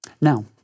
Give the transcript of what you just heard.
Now